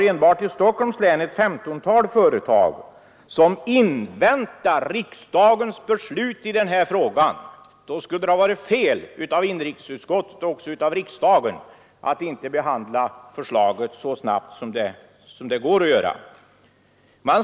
Enbart i Stockholms län finns det ett 15-tal företag som väntar på riksdagens beslut i den här frågan. Och då skulle det ju ha varit fel av inrikesutskottet och riksdagen att inte behandla förslaget så snabbt Nr 20 som det över huvud taget varit möjligt.